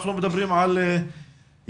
אנחנו מדברים על ילדים,